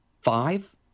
five